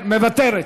מוותרת,